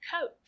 coat